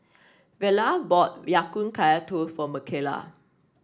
Verla bought Ya Kun Kaya Toast for Micayla